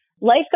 life